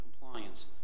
compliance